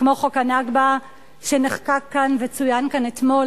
כמו חוק הנכבה שנחקק כאן וצוין כאן אתמול.